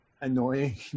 annoying